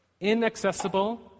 inaccessible